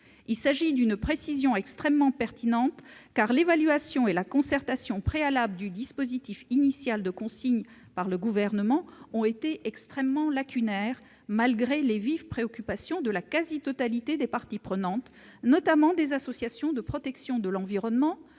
Il s'agit d'une précision extrêmement pertinente, car l'évaluation et la concertation préalables à l'élaboration du dispositif initial de consigne par le Gouvernement ont été extrêmement lacunaires, malgré les vives préoccupations de la quasi-totalité des parties prenantes, notamment des associations de protection de l'environnement,